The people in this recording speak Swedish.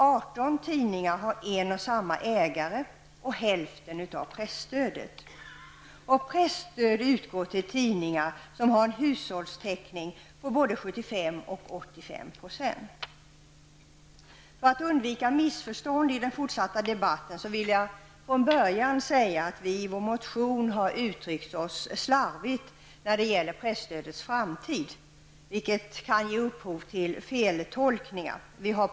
18 tidningar har en och samma ägare och får hälften av presstödet. Presstöd utgår till tidningar som har en hushållstäckning om både 75 För att undvika missförstånd i den fortsatta debatten vill jag redan nu säga att vi har uttryckt oss slarvigt i vår motion när det gäller presstödets framtid, vilket kan ge upphov till feltolkningar.